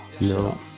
No